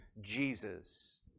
Jesus